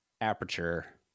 aperture